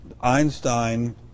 Einstein